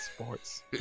sports